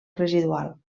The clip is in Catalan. residual